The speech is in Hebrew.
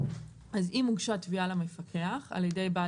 אז אם הוא הוגשה תביעה למפקח על ידי בעל